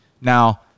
Now